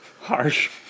Harsh